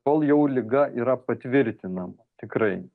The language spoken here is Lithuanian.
kol jau liga yra patvirtinama tikrai